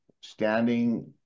standing